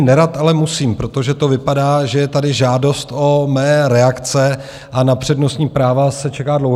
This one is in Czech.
Nerad, ale musím, protože to vypadá, že je tady žádost o mé reakce, a na přednostní práva se čeká dlouho.